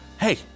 hey